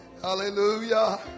Hallelujah